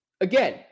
Again